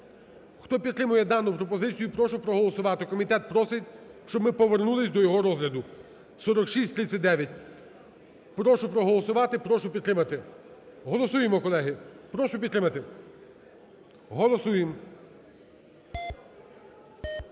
Хто підтримує дану пропозицію, прошу проголосувати. Комітет просить, щоб ми повернулись до його розгляду. 4639. Прошу проголосувати. Прошу підтримати. Голосуємо, колеги! Прошу підтримати. Голосуємо!